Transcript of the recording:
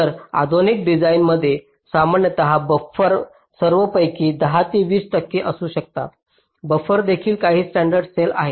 तर आधुनिक डिझाइनमध्ये सामान्यत बफर सर्वपैकी 10 ते 20 टक्के असू शकतात बफर देखील काही स्टॅंडर्ड सेल आहेत